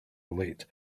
relate